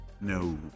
No